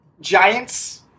giants